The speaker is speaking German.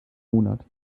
monat